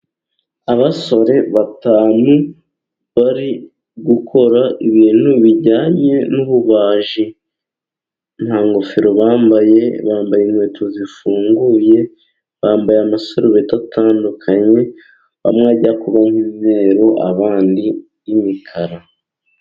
Abasore batanu, bari gukora ibintu bijyanye n'ububaji nta ngofero bambaye, bambaye inkweto zifunguye, bambaye amasarubeti atandukanye, amwe ajya kubaka umweru abandi y'imikara.